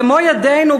במו-ידינו,